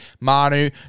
Manu